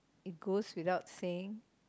it goes without saying